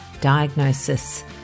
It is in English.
diagnosis